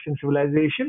civilization